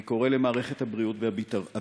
אני קורא למערכת הבריאות והביטחון: